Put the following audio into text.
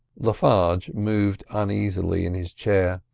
le farge moved uneasily in his chair.